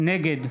נגד